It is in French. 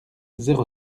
zéro